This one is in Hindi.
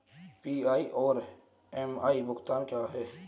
पी.आई और एम.आई भुगतान क्या हैं?